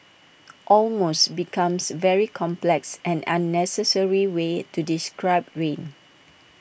almost becomes very complex and unnecessary way to describe rain